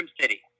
City